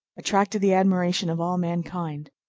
attracted the admiration of all mankind.